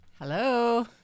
Hello